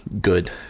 good